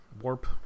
warp